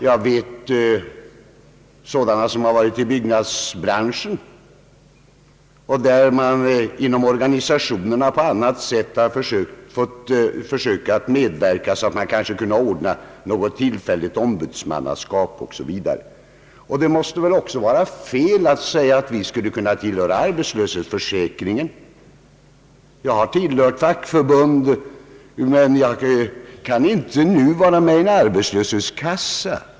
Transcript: Jag känner till fall från byggnadsbranschen, där man inom organisationerna på annat sätt har försökt medverka så att man kanske kunnat ordna något tillfälligt ombudsmannaskap osv. Det måste väl också vara fel att säga, att vi skulle kunna tillhöra arbetslöshetsförsäkringen. Jag har tillhört fackförbund, men jag kan inte nu vara med i en arbetslöshetskassa.